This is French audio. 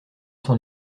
son